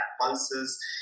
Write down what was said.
pulses